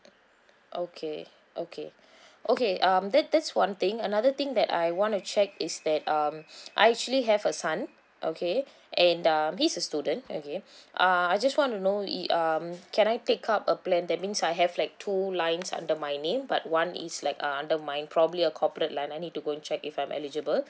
okay okay okay um that that's one thing another thing that I want to check is that um I actually have a son okay and uh he's a student okay err I just want to know i~ um can I take up a plan that means I have like two lines under my name but one is like uh under mine probably a corporate line I need to go and check if I'm eligible